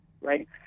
right